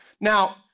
Now